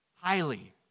highly